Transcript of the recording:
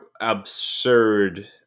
absurd